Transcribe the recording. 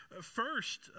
First